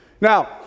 Now